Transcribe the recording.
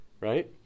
right